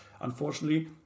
Unfortunately